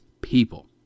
people